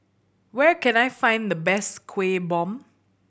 where can I find the best Kueh Bom